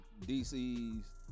DC's